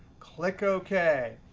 click ok.